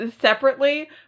separately